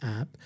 app